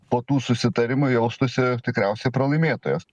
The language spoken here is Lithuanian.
po tų susitarimų jaustųsi tikriausiai pralaimėtojos